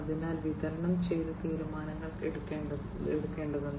അതിനാൽ വിതരണം ചെയ്ത തീരുമാനങ്ങൾ എടുക്കേണ്ടതുണ്ട്